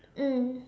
mm